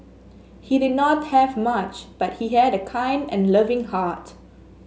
he did not have much but he had a kind and loving heart